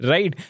Right